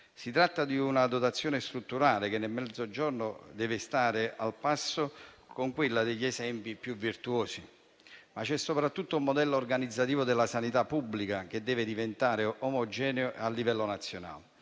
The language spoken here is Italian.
Si tratta di una dotazione strutturale che nel Mezzogiorno deve stare al passo con quella degli esempi più virtuosi. Ma c'è soprattutto un modello organizzativo della sanità pubblica che deve diventare omogeneo a livello nazionale.